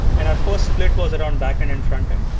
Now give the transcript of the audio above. and our first split was around backend and frontend.